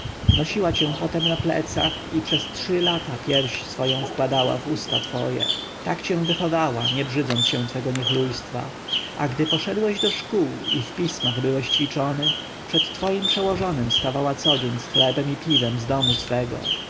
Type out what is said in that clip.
nosiła cię potem na plecach i przez trzy lata pierś swą wkładała w twoje usta tak cię wychowała nie brzydząc się twego niechlujstwa a gdy poszedłeś do szkół i w pismach byłeś ćwiczony przed twoim przełożonym stawała codzień z chlebem i piwem domu swego